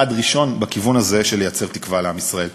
ראשון בכיוון הזה של לייצר תקווה לעם ישראל.